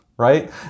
right